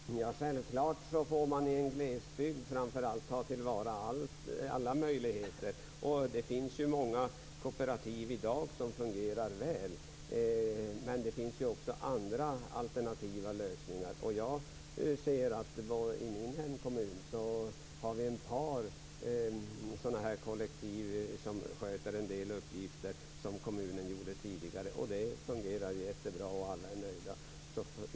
Fru talman! Självklart får man i en glesbygd ta till vara alla möjligheter. Det finns många kooperativ i dag som fungerar väl. Men det finns andra alternativa lösningar. I min hemkommun har vi ett par kooperativ som sköter en del uppgifter som kommunen skötte tidigare. Det fungerar jättebra, och alla är nöjda.